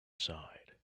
side